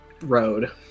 road